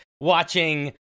watching